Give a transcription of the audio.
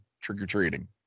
trick-or-treating